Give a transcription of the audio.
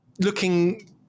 looking